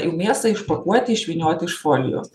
mėsą išpakuoti išvyniot iš folijos